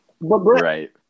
Right